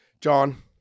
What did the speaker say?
john